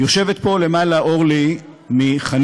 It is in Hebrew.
יושבת פה למעלה אורלי מחניתה.